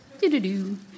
Do-do-do